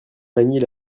manie